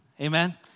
Amen